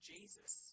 Jesus